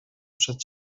przed